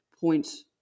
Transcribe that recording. points